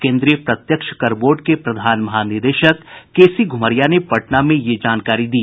केन्द्रीय प्रत्यक्ष कर बोर्ड के प्रधान महानिदेशक के सी घुमरिया ने पटना में यह जानकारी दी